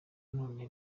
none